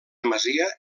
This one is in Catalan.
masia